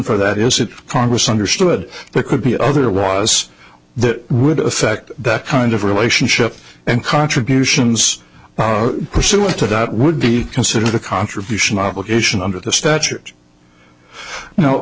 for that is it congress understood but could be otherwise that would affect that kind of relationship and contributions pursuant to that would be considered a contribution obligation under the statute